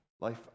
Life